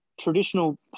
traditional